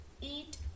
eat